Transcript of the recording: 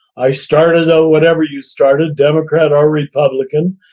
i started out whatever you started, democrat or republican.